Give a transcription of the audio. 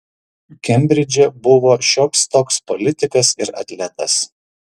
kembridže buvo šioks toks politikas ir atletas